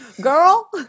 Girl